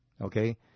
okay